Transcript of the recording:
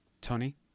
Tony